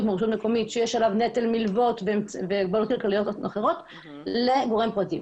ברשות מקומית שיש עליו נטל מלוות ובעיות כלכליות אחרות לבין גורם פרטי.